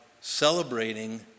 celebrating